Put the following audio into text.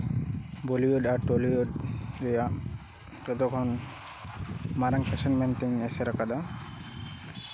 Bollywood ᱟᱨ Tollywood ᱨᱮᱭᱟᱜ ᱨᱮᱫᱚ ᱵᱚᱱ ᱢᱟᱨᱟᱝ ᱯᱷᱮᱥᱮᱱ ᱢᱮᱱᱛᱤᱧ ᱮᱥᱮᱨ ᱟᱠᱟᱫᱟ